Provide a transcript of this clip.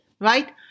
right